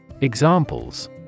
Examples